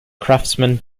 craftsman